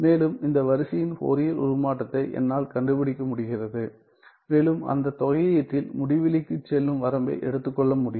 மேலும் இந்த வரிசையின் ஃபோரியர் உருமாற்றத்தை என்னால் கண்டுபிடிக்க முடிகிறது மேலும் அந்த தொகையீட்டில் முடிவிலிக்கு செல்லும் வரம்பை எடுத்துக்கொள்ள முடியும்